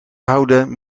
houden